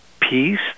peace